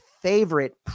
favorite